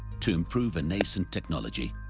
to improve a nascent technology,